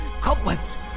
Cobwebs